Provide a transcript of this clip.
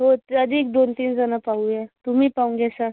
हो तरी दोन तीनजणं पाहूया तुम्ही पाहून घेशाल